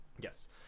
Yes